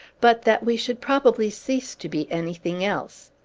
but that we should probably cease to be anything else.